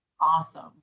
awesome